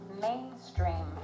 mainstream